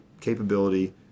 capability